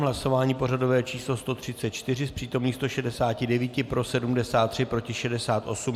V hlasování pořadové číslo 134 z přítomných 169 pro 73, proti 68.